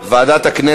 מי בעד?